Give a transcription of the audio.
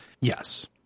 Yes